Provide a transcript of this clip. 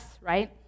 right